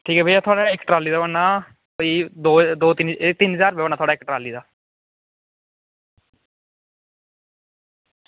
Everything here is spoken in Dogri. ठीक ऐ भैया थुआढ़े इक्क ट्राली भेजी ओड़ना एह् दौ तीन ज्हार होना इक्क ट्रॉली दा